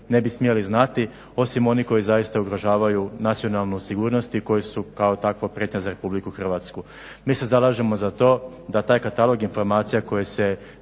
ne bi smjeli znati osim osnih koji zaista ugrožavaju nacionalnu sigurnost i koji su kao takva prijetnja za RH. Mi se zalažemo za to da taj katalog informacija koje se